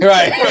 Right